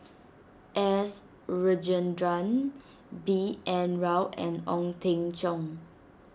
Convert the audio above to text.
S Rajendran B N Rao and Ong Teng Cheong